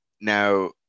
now